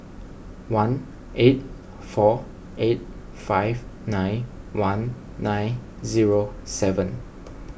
one eight four eight five nine one nine zero seven